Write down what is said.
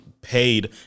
paid